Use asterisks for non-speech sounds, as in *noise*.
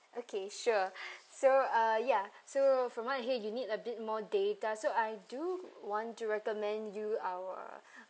okay sure *breath* so uh ya so from what I hear you need a bit more data so I do want to recommend you our *breath*